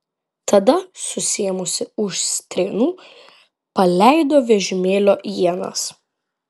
tada susiėmusi už strėnų paleido vežimėlio ienas